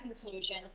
conclusion